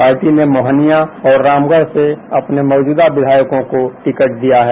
party ने मोहनिया और रामगढ से अपने मौजूदा विधायकों को टिकट दिया है